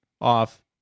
off